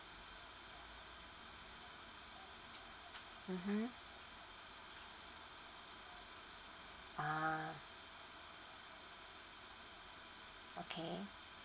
mmhmm ah okay